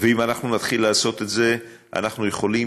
ואם אנחנו נתחיל לעשות את זה אנחנו יכולים